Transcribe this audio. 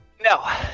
No